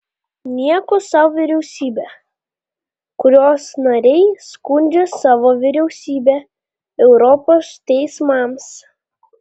nieko sau vyriausybė kurios nariai skundžia savo vyriausybę europos teismams